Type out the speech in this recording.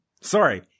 sorry